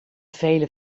vele